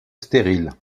stérile